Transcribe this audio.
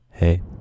Hey